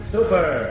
Super